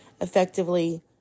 effectively